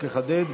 רק לחדד,